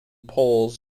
polls